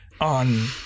on